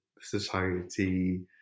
society